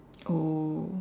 oh